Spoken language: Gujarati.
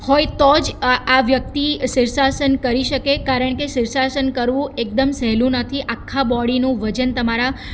હોય તો જ આ વ્યક્તિ શીર્ષાસન કરી શકે કારણ કે શીર્ષાસન કરવું એકદમ સહેલું નથી આખા બોડીનું વજન તમારા